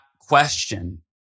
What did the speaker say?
question